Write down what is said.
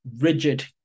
rigid